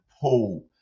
pull